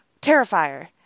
Terrifier